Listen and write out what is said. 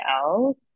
else